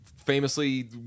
Famously